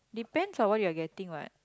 depends on what you're getting what